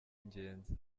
ingenzi